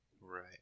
Right